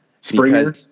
Springer